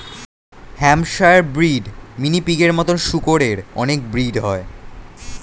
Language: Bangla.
হ্যাম্পশায়ার ব্রিড, মিনি পিগের মতো শুকরের অনেক ব্রিড হয়